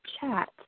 chat